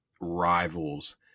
rivals